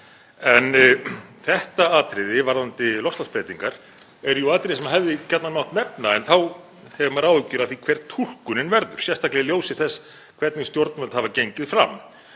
Þetta atriði varðandi loftslagsbreytingar er jú atriði sem hefði gjarnan mátt nefna en þá hefur maður áhyggjur af því hver túlkunin verður, sérstaklega í ljósi þess hvernig stjórnvöld hafa gengið fram.